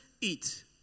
eat